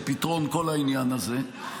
לפתרון כל העניין הזה,